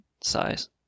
size